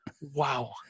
Wow